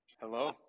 Hello